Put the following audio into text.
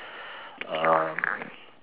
um